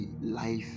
life